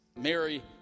Mary